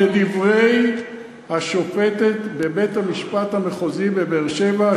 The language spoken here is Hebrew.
לדברי השופטת בבית-המשפט המחוזי בבאר-שבע,